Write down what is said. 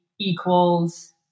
equals